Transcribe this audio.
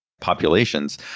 populations